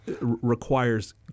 requires